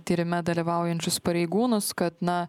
tyrime dalyvaujančius pareigūnus kad na